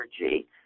energy